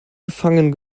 gefangen